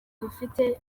dufite